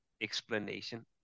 explanation